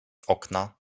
okna